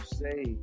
say